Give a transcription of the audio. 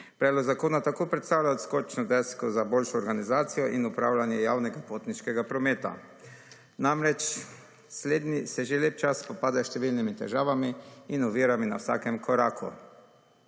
Predlog zakona tako predstavlja odskočno desko za boljšo organizacijo in upravljanje javnega potniškega prometa. Namreč, slednji se še lep čas spopadajo s številnimi težavami in ovirami na vsakem koraku.